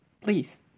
please